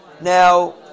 Now